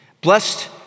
Blessed